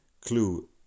clue